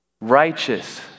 righteous